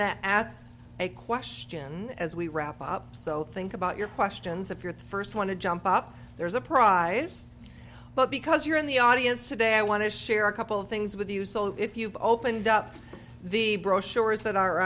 that ats a question as we wrap up so think about your questions if your thirst want to jump up there is a prize but because you're in the audience today i want to share a couple of things with you so if you've opened up the brochures that are